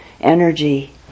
energy